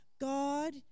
God